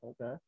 okay